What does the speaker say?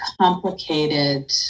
complicated